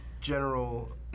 General